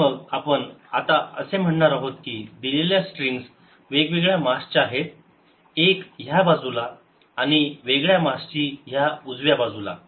तर मग आपण आता असे म्हणणार आहोत की दिलेल्या स्ट्रिंग वेगवेगळ्या मास च्या आहेत एक ह्या बाजूला आणि वेगळ्या मासची या उजव्या बाजूला